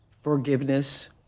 forgiveness